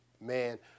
man